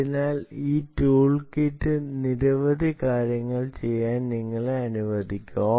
അതിനാൽ ഈ tool kit നിരവധി കാര്യങ്ങൾ ചെയ്യാൻ നിങ്ങളെ അനുവദിക്കും